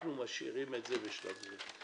אנחנו משאירים את זה בשלב זה.